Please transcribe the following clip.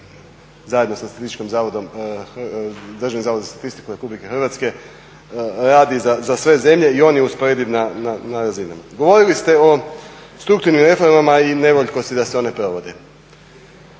zapravo zajedno sa DZS-om RH radi za sve zemlje i on je usporediv na razinama. Govorili ste o strukturnim reformama i nevoljkost da se one provode,